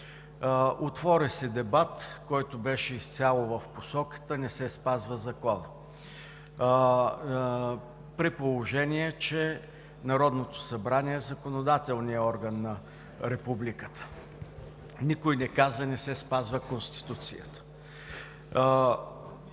Отвори се дебат, който беше изцяло в посоката – не се спазва законът, при положение че Народното събрание е законодателният орган на Републиката, никой не каза, че не се спазва Конституцията.